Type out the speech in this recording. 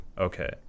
Okay